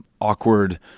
awkward